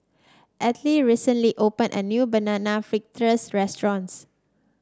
Ethyle recently opened a new Banana Fritters restaurant